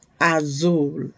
azul